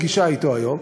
פגישה אתו היום,